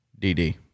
DD